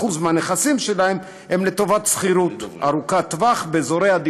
להצגת נכסים בגובה של 200 מיליון שקל